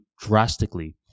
drastically